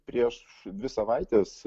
prieš dvi savaites